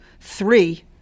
Three